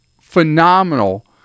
phenomenal